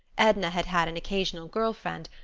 edna had had an occasional girl friend,